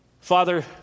Father